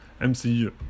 MCU